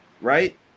Right